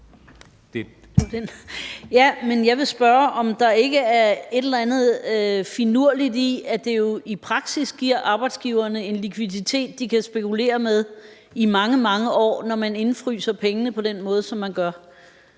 Jeg vil spørge, om der ikke er et eller andet finurligt i, at det jo i praksis giver arbejdsgiverne en likviditet, de kan spekulere med i mange, mange år, når man indefryser pengene på den måde, som man gør.